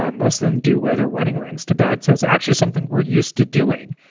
ah most of them do wear their wedding rings to bed so it's actually something we're used to doing,